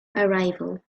arrival